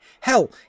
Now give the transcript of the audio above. Hell